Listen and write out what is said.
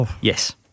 Yes